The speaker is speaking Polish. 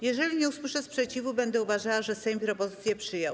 Jeżeli nie usłyszę sprzeciwu, będę uważała, że Sejm propozycję przyjął.